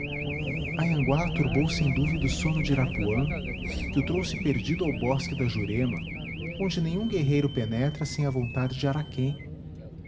anhangá turbou sem dúvida o sono de irapuã que o trouxe perdido ao bosque da jurema onde nenhum guerreiro penetra sem a vontade de araquém